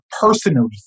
personally